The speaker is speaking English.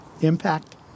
impact